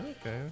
okay